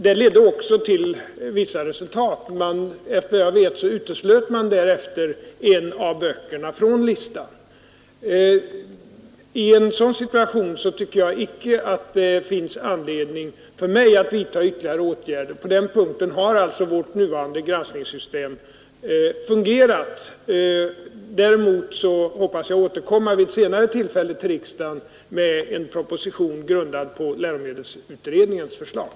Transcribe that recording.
Den ledde också till vissa resultat — efter vad jag vet uteslöt man sedan en av böckerna från listan. I en sådan situation tycker jag inte det finns anledning för mig att vidta ytterligare åtgärder. På den punkten har alltså vårt nuvarande granskningssystem fungerat. Däremot hoppas jag kunna återkomma senare till riksdagen med en proposition grundad på läromedelsutredningens förslag.